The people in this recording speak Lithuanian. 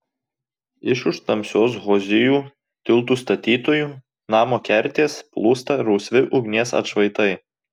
iš už tamsios hozijų tiltų statytojų namo kertės plūsta rausvi ugnies atšvaitai